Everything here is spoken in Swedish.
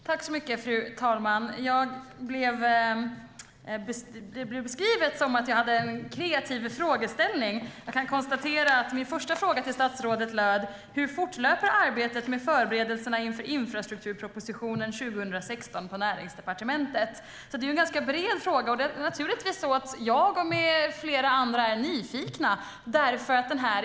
Fru talman! Det blev beskrivet som att jag hade en kreativ frågeställning. Jag kan konstatera att min första fråga till statsrådet löd: Hur fortlöper arbetet med förberedelserna inför infrastrukturpropositionen 2016 på Näringsdepartementet? Det är en ganska bred fråga. Det är naturligtvis så att jag och flera andra är nyfikna.